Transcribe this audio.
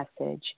message